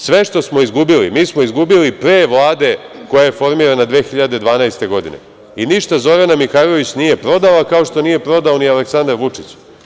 Sve što što smo izgubili mi smo izgubili pre Vlade koja je formirana 2012. godine i ništa Zorana Mihajlović nije prodala, kao što nije prodao ni Aleksandar Vučić.